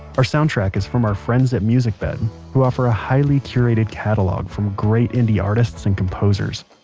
our soundtrack is from our friends at musicbed who offer a highly curated catalog from great indie artists and composers.